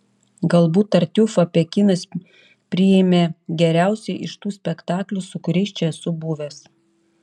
galbūt tartiufą pekinas priėmė geriausiai iš tų spektaklių su kuriais čia esu buvęs